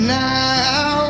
now